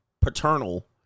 paternal